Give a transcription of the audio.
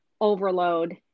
overload